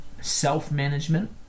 self-management